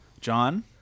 John